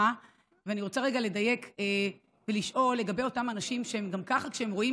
ואני רוצה רגע לדייק ולשאול לגבי אותם אנשים שגם ככה כשהם רואים